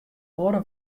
oare